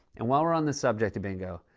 and, while we're on the subject of bingo,